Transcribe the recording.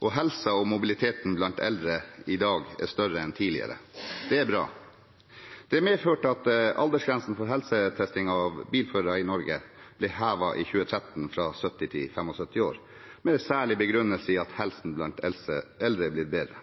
og helsa er bedre. Mobiliteten er større for eldre i dag enn tidligere. Det er bra. Det har medført at aldersgrensen for helsetesting av bilførere i Norge i 2013 ble hevet fra 70 til 75 år, med særlig begrunnelse i at helsa hos eldre blir bedre.